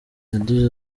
agize